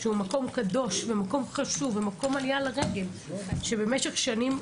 הוא מקום קדוש וחשוב, מקום עלייה לרגל, שבמשך שנים